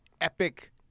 epic